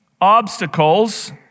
obstacles